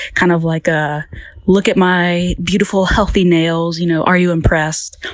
kind of like, ah look at my beautiful, healthy nails. you know are you impressed?